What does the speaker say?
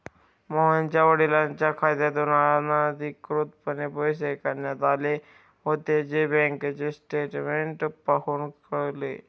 मोहनच्या वडिलांच्या खात्यातून अनधिकृतपणे पैसे काढण्यात आले होते, जे बँकेचे स्टेटमेंट पाहून कळले